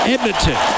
Edmonton